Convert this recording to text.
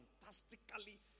fantastically